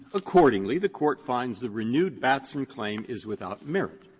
accordingly, the court finds the renewed batson claim is without merit.